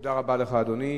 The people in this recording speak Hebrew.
תודה רבה לך, אדוני.